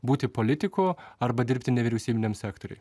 būti politiku arba dirbti nevyriausybiniam sektoriui